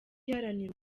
iharanira